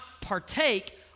partake